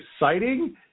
exciting